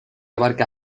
abarca